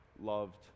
loved